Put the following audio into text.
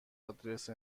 آدرس